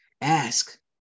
ask